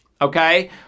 Okay